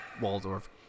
Waldorf